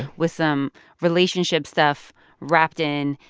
with some relationship stuff wrapped in.